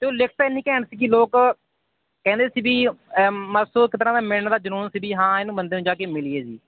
ਅਤੇ ਉਹ ਲਿਖਤ ਇੰਨੀ ਘੈਂਟ ਸੀਗੀ ਲੋਕ ਕਹਿੰਦੇ ਸੀ ਵੀ ਬਸ ਉਹ ਇੱਕ ਤਰ੍ਹਾਂ ਦਾ ਮਿਲਣ ਦਾ ਜਨੂੰਨ ਸੀ ਵੀ ਹਾਂ ਇਹਨੂੰ ਬੰਦੇ ਨੂੰ ਜਾ ਕੇ ਮਿਲੀਏ ਜੀ